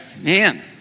Man